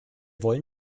wollen